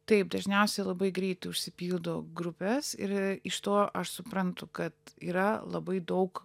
taip dažniausiai labai greitai užsipildo grupės ir iš to aš suprantu kad yra labai daug